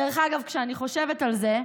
דרך אגב, כשאני חושבת על זה,